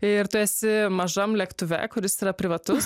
ir tu esi mažam lėktuve kuris yra privatus